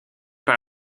par